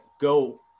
go